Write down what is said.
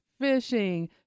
fishing